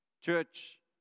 Church